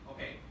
Okay